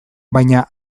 baina